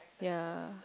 ya